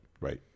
Right